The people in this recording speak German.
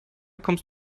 kommst